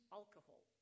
alcohol